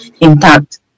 intact